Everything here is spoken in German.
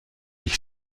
ich